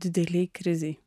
didelėj krizėj